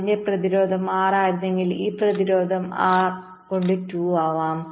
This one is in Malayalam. ഇതിന്റെ പ്രതിരോധം R ആയിരുന്നെങ്കിൽ ഈ പ്രതിരോധം R കൊണ്ട് 2 ആകും